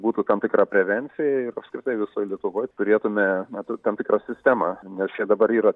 būtų tam tikra prevencija ir apskritai visoj lietuvoj turėtume tam tikrą sistemą nes čia dabar yra